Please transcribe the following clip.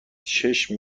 چشم